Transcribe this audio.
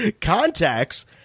contacts